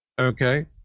okay